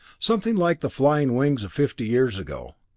something like the flying wings of fifty years ago.